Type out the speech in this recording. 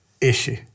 issue